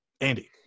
Andy